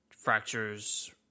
Fractures